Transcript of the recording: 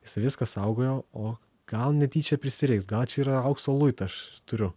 jisai viską saugojo o gal netyčia prisireiks gal čia yra aukso luitą aš turiu